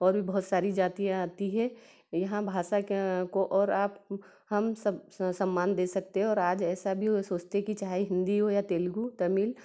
और भी बहुत सारी जातियाँ आती हैं यहाँ भाषा का को और आप हम सब सम्मान दे सकते हैं और आज ऐसा भी वो सोचते हैं कि चाहे हिंदी हो या तेलुगू तमिल